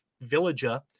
villager